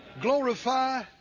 Glorify